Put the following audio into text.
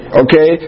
okay